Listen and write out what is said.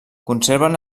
conserven